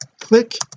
click